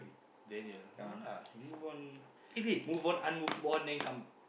Daniel no lah he move on move on unmove on then come